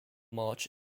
march